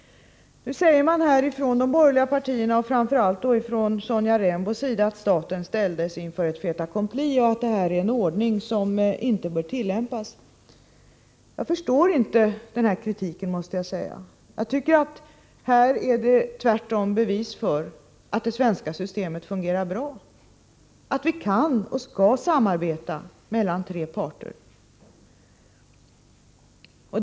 Nu säger man ifrån de borgerliga partierna och framför allt från Sonja Rembos sida att staten har ställts inför ett fait accompli och att det här är en ordning som inte bör tillämpas. Jag måste säga att jag inte förstår den kritiken. Jag tycker tvärtom att detta är ett bevis för att det svenska systemet fungerar bra — att vi kan och skall samarbeta mellan tre parter.